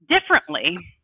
differently